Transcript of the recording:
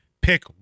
Pick